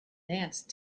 dance